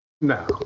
No